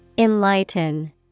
Enlighten